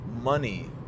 money